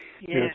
yes